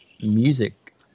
music